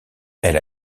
elle